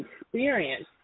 experience